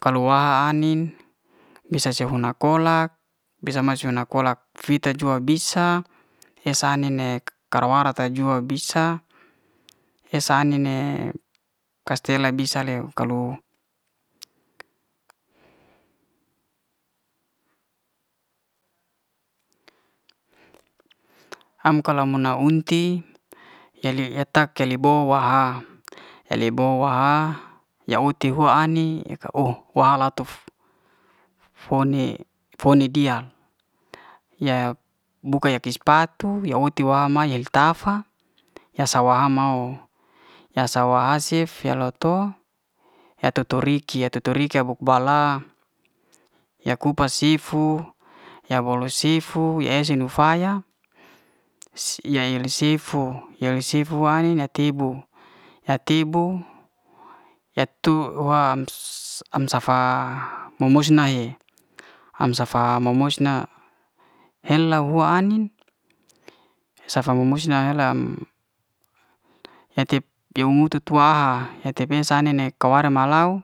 Kalo'waha anin be sa sehuna kolak be sa jua fita jua bisa esa anin e kara'wara ta jua bisa esa anin ne kastela bisa leu kalu. am kalu muna unti yali et'ak keli bo wa'ha. eli'bo waha ya uhti hua ani wa ala, atu'f fo ne fo ne dial yak buka ya ki spatu ya ote wa ma ye el ta fa, ya sawa ha mao, ya sa waha cef ya lo to ya tu tu riki. ya tutu riki abuk bala ya kupas sifu ya bo'lo sifu ya esu ne faya, ya el li sifu. ya el sifu hua anin ya tebu. ya tebu am safa mu- mus nae, am safa mu- musna hela huan anin safa mu'musna he'lam ya tip mumu tu waha, ko ae ne mara'ho